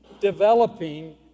developing